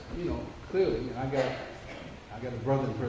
you know, clearly and i got i've got a brother